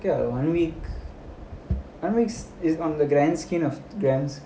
ya one week one week is on the grand scheme of grants